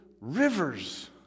rivers